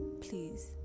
please